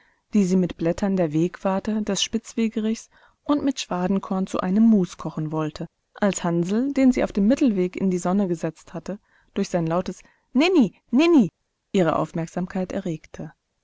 die sie mit blättern der wegwarte des spitzwegerichs und mit schwadenkorn zu einem mus kochen wollte als hansl den sie auf dem mittelweg in die sonne gesetzt hatte durch sein lautes nini nini ihre aufmerksamkeit erregte